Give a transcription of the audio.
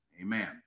amen